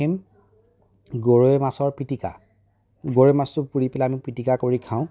গৰৈ মাছৰ পিতিকা গৰৈ মাছটো পুৰি পেলাই আমি পিতিকা কৰি খাওঁ